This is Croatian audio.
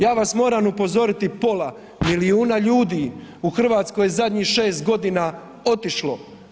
Ja vas moram upozoriti pola milijuna ljudi u Hrvatskoj zadnjih 6 godina otišlo.